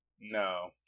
No